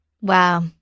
Wow